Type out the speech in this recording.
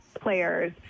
players